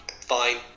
Fine